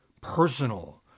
personal